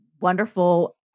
wonderful